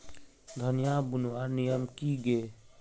धनिया बूनवार नियम की गे?